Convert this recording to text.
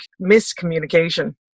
miscommunication